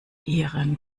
ihren